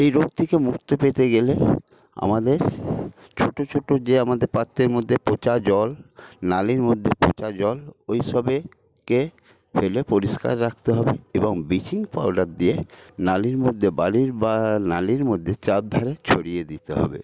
এই রোগ থেকে মুক্তি পেতে গেলে আমাদের ছোট ছোট যে আমাদের পাত্রের মধ্যে পচা জল নালার মধ্যে পচা জল ওই সবকে ফেলে পরিষ্কার রাখতে হবে এবং ব্লিচিং পাউডার দিয়ে নালার মধ্যে বালির বা নালার মধ্যে চারধারে ছড়িয়ে দিতে হবে